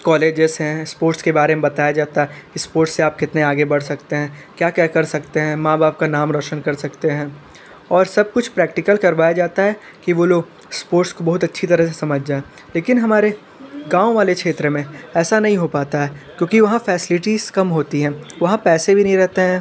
colleges हैं sports के बारे में बताया जाता है स्पोर्ट्स से आप कितने आगे बढ़ सकते हैं क्या क्या कर सकते हैं माँ बाप का नाम रोशन का सकते है और सब कुछ प्रेक्टिकल करवाया जाता है कि वो लोग स्पोर्टस को बहुत अच्छी तरह से समझ जाएँ लेकिन हमारे गाँव वाले क्षेत्र में ऐसा नहीं हो पाता है क्योंकि वहाँ फेसिलिटीज़ कम होती हैं वहाँ पैसे भी नहीं रहते हैं